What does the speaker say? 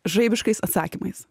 žaibiškais atsakymais